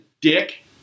dick